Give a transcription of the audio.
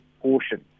portion